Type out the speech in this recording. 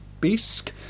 bisque